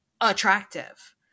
attractive